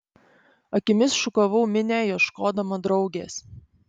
akimis šukavau minią ieškodama draugės